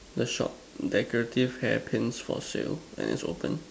the shop decorative hair Pins for sale and it's open